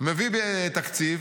מביא תקציב,